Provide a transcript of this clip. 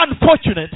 unfortunate